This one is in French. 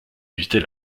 éviter